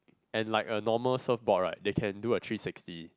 and like a normal surfboard right they can do a three sixty